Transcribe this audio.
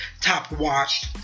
top-watched